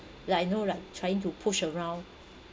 like you know like trying to push around